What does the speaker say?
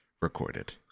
recorded